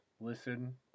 listen